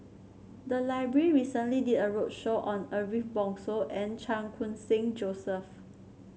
the library recently did a roadshow on Ariff Bongso and Chan Khun Sing Joseph